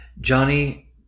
Johnny